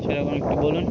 সে আপনার কি বলুন